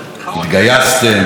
התגייסתם,